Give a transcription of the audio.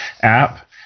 app